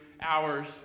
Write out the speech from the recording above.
hours